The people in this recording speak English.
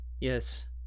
Yes